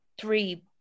three